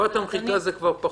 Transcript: תקופת המחיקה זה כבר פחות.